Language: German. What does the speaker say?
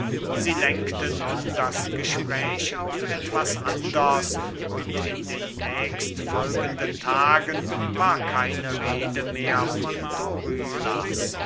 sie lenkte nun das gespräch auf etwas anders und in den nächst folgenden tagen war keine rede mehr von